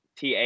TA